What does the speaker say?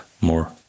more